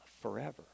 forever